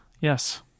Yes